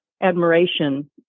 admiration